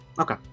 Okay